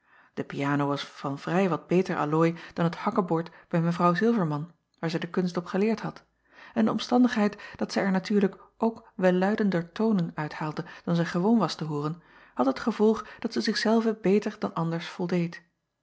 e piano was van vrij wat beter allooi dan het hakkebord bij w ilverman waar zij de kunst op geleerd had en de omstandigheid dat zij er natuurlijk ook welluidender toonen uit haalde dan zij gewoon was te hooren had het gevolg dat zij zich zelve beter dan anders voldeed